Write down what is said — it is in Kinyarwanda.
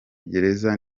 gereza